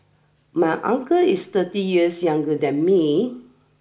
my uncle is thirty years younger than me